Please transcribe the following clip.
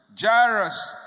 Jairus